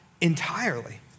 entirely